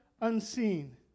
unseen